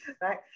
right